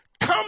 come